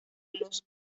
los